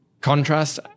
contrast